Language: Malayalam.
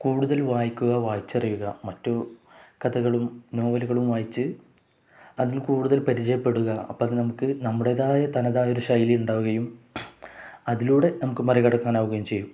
കൂടുതൽ വായിക്കുക വായിച്ചറിയുക മറ്റു കഥകളും നോവലുകളും വായിച്ചു അതിൽ കൂടുതൽ പരിചയപ്പെടുക അപ്പം അത് നമുക്ക് നമ്മുടേതായ തനതായ ഒരു ശൈലി ഉണ്ടാവുകയും അതിലൂടെ നമുക്ക് മറികടക്കാനാവുകയും ചെയ്യും